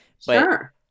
Sure